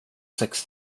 sex